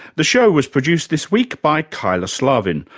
the show was produced this week by kyla slaven.